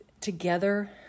together